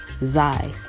Zai